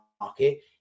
market